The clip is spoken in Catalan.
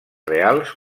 reals